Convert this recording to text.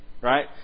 Right